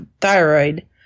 thyroid